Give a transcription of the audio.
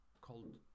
called